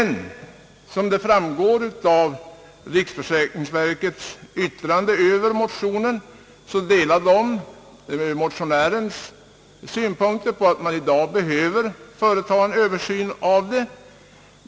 Såsom framgår av riksförsäkringsverkets yttrande över motionen delar verket motionärens uppfattning att man i dag behöver företa en översyn här.